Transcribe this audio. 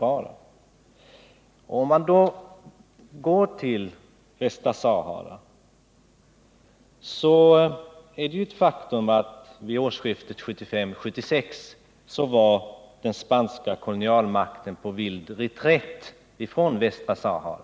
Beträffande Västra Sahara är det ju ett faktum att den franska kolonial 43 Nr 49 makten vid årsskiftet 1975-1976 var på vild reträtt från Västra Sahara.